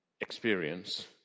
experience